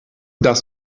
das